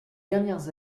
dernières